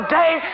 day